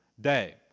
day